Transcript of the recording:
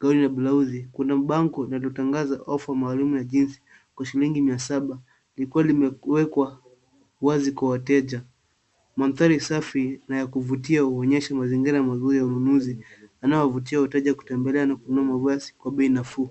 gauni na blauzi, kuna bango linalotangaza ofa maalum ya jinsi kwa shilingi mia saba ni kweli limewekwa wazi kwa wateja ,mandhari safi na ya kuvutia huonyesha mazingira mazuri ya ununuzi yanayowavutia wateja kutembelea na kununua mavazi kwa bei nafuu.